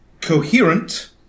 coherent